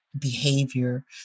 behavior